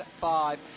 five